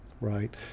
right